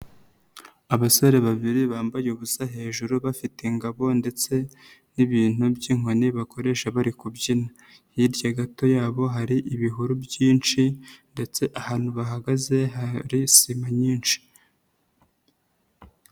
Abasore babiri bambaye ubusa hejuru bafite ingabo ndetse n'ibintu by'inkoni bakoresha bari kubyina, hirya gato yabo hari ibihuru byinshi ndetse ahantu bahagaze hari sima nyinshi.